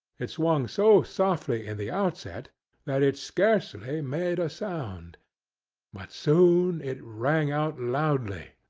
it swung so softly in the outset that it scarcely made a sound but soon it rang out loudly,